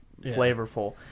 flavorful